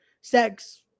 sex